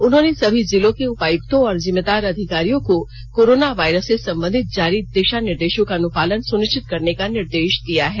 उन्होंने सभी जिलों के उपायक्तों और जिम्मेदार अधिकारियों को कोरोना वायरस से संबंधित जारी दिषा निर्देषों का अनुपालन सुनिष्वित करने का निर्देष दिया है